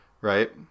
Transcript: Right